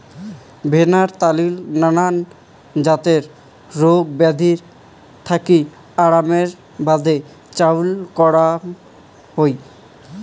ভেন্নার ত্যাল নানান জাতের রোগ বেয়াধি থাকি আরামের বাদে চইল করাং হই